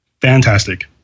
fantastic